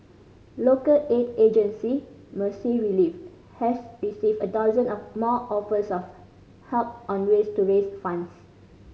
local aid agency Mercy Relief has received a dozen of more offers of help on ways to to raise funds